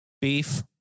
beef